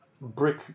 brick